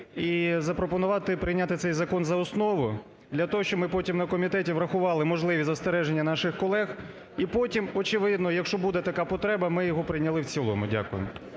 і запропонувати прийняти цей закон за основу, для того щоб ми потім на комітеті врахували можливі застереження наших колег і потім, очевидно, якщо буде така потреба, ми його прийняли в цілому. Дякую.